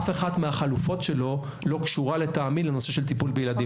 אף אחת מהחלופות שלו לא קשורה לטעמי לנושא של טיפול בילדים,